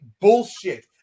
bullshit